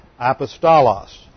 apostolos